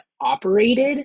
operated